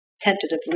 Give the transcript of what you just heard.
tentatively